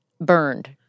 burned